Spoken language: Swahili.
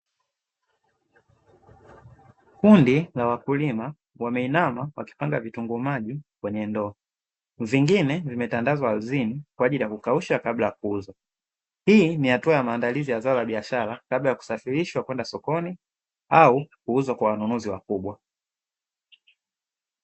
Kundi la wakulima wameinama wakipanga vitunguu maji kwenye ndoo. Vingine vimetandazwa ardhini kwa ajili ya kukausha kabla ya kuuzwa. Hii ni hatua ya maandalizi ya zao la biashara kabla ya kusafirishwa kwenda sokoni au kuuzwa kwa wanunuzi wakubwa.